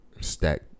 stack